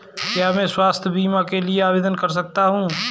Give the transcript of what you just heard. क्या मैं स्वास्थ्य बीमा के लिए आवेदन कर सकता हूँ?